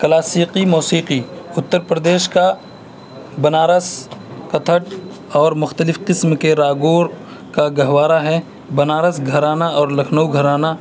کلاسیکی موسیقی اتر پردیش کا بنارس کتھک اور مختلف قسم کے راگوں کا گہوارہ ہے بنارس گھرانا اور لکھنؤ گھرانا